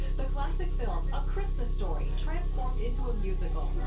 and classic film, a christmas story, transformed into a musical.